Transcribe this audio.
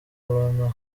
abona